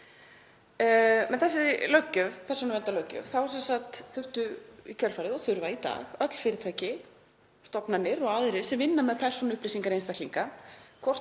Með þessari persónuverndarlöggjöf þurftu í kjölfarið og þurfa í dag öll fyrirtæki, stofnanir og aðrir sem vinna með persónuupplýsingar einstaklinga,